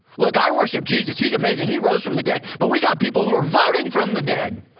look, i worship jesus he's amazing, he rose from the dead, but we got people who are voting from the dead.